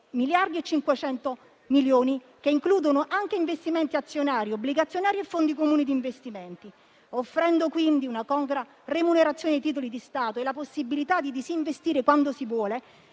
miliardi e 500 milioni di euro, che includono anche investimenti azionari e obbligazionari e fondi comuni di investimento. Offrendo quindi una congrua remunerazione ai titoli di Stato e la possibilità di disinvestire quando si vuole,